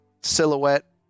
silhouette